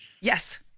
Yes